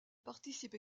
participe